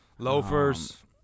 Loafers